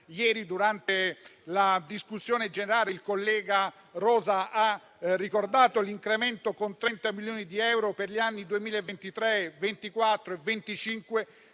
Ieri, durante la discussione generale, il collega Rosa ha ricordato l'incremento di 30 milioni di euro per gli anni 2023, 2024 e 2025